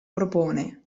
propone